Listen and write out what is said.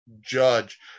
judge